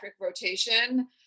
rotation